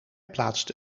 plaatste